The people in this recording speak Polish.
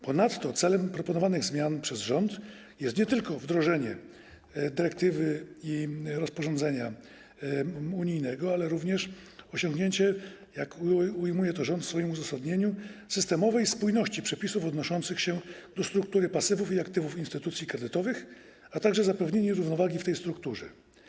Ponadto celem proponowanych przez rząd zmian jest nie tylko wdrożenie dyrektywy i rozporządzenia unijnego, ale również osiągnięcie, jak ujmuje to rząd w swoim uzasadnieniu, systemowej spójności przepisów odnoszących się do struktury pasywów i aktywów instytucji kredytowych, a także zapewnienie równowagi w tej strukturze.